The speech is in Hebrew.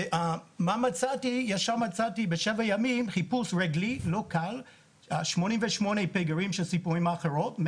ומצאתי בשבעה ימי חיפוש רגלי 88 פגרים של ציפורים אחרות.